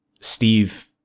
Steve